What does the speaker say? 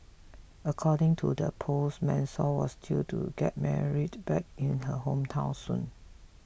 according to the post Marisol was due to get married back in her hometown soon